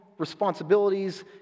responsibilities